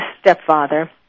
stepfather